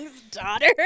daughter